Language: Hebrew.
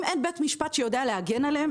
אם אין בית משפט שיודע להגן עליהם,